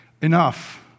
enough